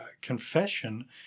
confession